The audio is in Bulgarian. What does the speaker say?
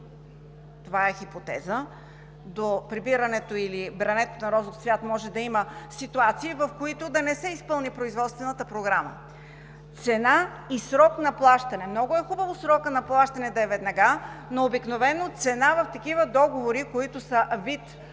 това е хипотеза, до прибирането или брането на розов цвят може да има ситуации, в които да не се изпълни производствената програма. Цена и срок на плащане! Много е хубаво срокът на плащане да е веднага, но обикновено в такива договори, които са вид